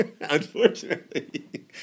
Unfortunately